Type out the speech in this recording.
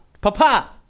Papa